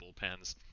bullpens